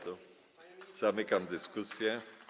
Zamykam dyskusję.